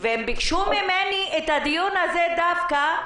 הם ביקשו ממני את הדיון הזה דווקא.